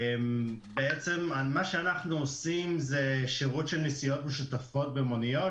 מה שאנחנו עושים זה שירות של נסיעות משותפות במוניות,